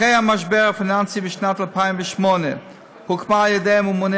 אחרי המשבר הפיננסי בשנת 2008 הוקמה על-ידי הממונה